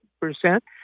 percent